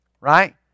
Right